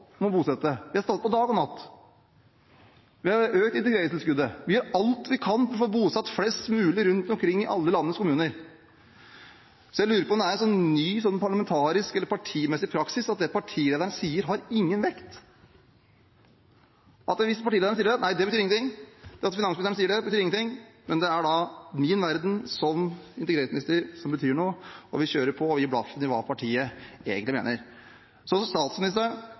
om å bosette. Vi har stått på dag og natt. Vi har økt integreringstilskuddet. Vi gjør alt vi kan for å få bosatt flest mulig rundt omkring i alle landets kommuner. Jeg lurer på om det er en ny parlamentarisk eller partimessig praksis at det partilederen sier, har ingen vekt. Hvis partilederen sier det, betyr det ingenting. Det at finansministeren sier det, betyr ingenting. Det er min verden som integreringsminister som betyr noe, og vi kjører på og gir blaffen i hva partiet egentlig mener.